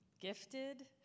Gifted